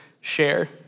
share